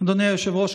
אדוני היושב-ראש,